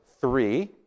three